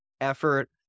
effort